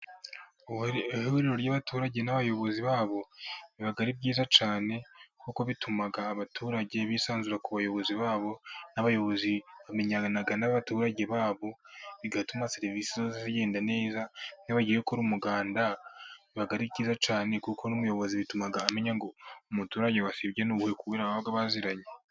Ihuriro ry'abaturage n'abayobozi babo, riba ari ryiza cyane kuko bituma abaturage bisanzura ku bayobozi babo. N'abayobozi bamenyana n'abaturage babo. Bigatuma serivisi zose zigenda neza. N'iyo bagiye gukora umuganda biba ari byiza cyane . Kuko n'umuyobozi bituma amenya umuturage wasibye ni uwuhe kubera ko baba baziranye.